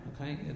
okay